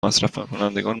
مصرفکنندگان